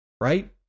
Right